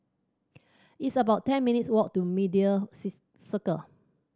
it's about ten minutes' walk to Media Circle